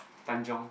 Tanjong